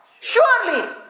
Surely